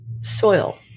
Soil